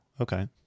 okay